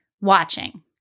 watching